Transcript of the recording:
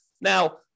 Now